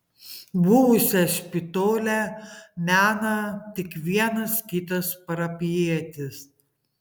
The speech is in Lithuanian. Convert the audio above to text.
buvusią špitolę mena tik vienas kitas parapijietis